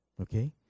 Okay